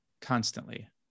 Constantly